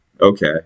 Okay